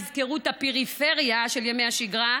יזכרו את הפריפריה של ימי השגרה.